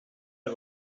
del